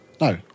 No